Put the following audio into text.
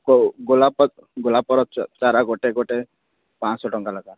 କେଉଁ ଗୋଲାପ ଗୋଲାପର ଚାରା ଗୋଟେ ଗୋଟେ ପାଞ୍ଚଶହ ଟଙ୍କା ଲେଖା